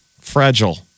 fragile